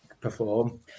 perform